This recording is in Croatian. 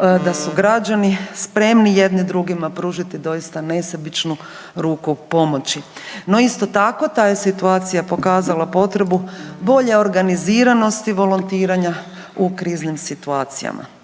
da su građani spremni jedni drugima pružiti doista nesebičnu ruku pomoći. No, isto tako ta je situacija pokazala potrebu bolje organiziranosti volontiranja u kriznim situacijama.